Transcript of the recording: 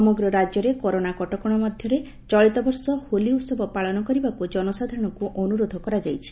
ସମଗ୍ର ରାଜ୍ୟରେ କରୋନା କଟକଶା ମଧ୍ଧରେ ଚଳିତବର୍ଷ ହୋଲି ଉହବ ପାଳନ କରିବାକୁ ଜନସାଧାରଶଙ୍କୁ ଅନୁରୋଧ କରାଯାଇଛି